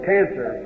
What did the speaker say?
Cancer